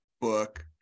book